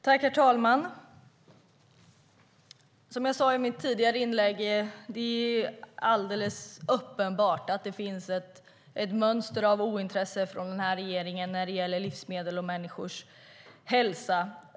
Herr talman! Som jag sade i mitt tidigare inlägg är det alldeles uppenbart att det finns ett mönster av ointresse från den här regeringen när det gäller livsmedel och människors hälsa.